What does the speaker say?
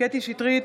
קטי קטרין שטרית,